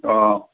অ